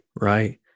Right